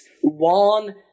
one